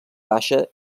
baixa